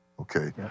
Okay